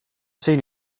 seen